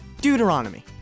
Deuteronomy